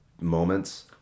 moments